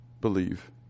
believe